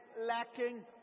lacking